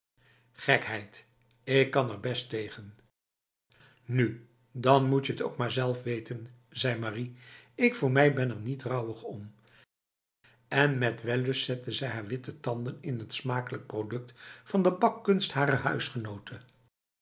gekheid ik kan er best tegen nu dan moetje het ook maar zelf weten zei marie ik voor mij ben er niet rouwig omf en met wellust zette zij haar witte tanden in het smakelijk product van de bakkunst harer huisgenote